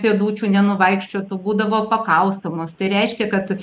pėdučių nenuvaikščiotų būdavo pakaustomos tai reiškia kad